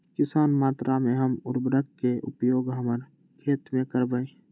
कितना मात्रा में हम उर्वरक के उपयोग हमर खेत में करबई?